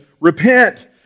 repent